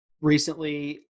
Recently